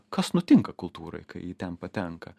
kas nutinka kultūrai kai ji ten patenka